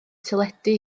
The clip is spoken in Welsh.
teledu